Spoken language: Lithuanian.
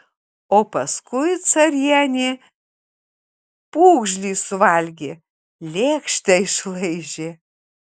o paskui carienė pūgžlį suvalgė lėkštę išlaižė